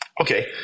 Okay